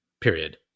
period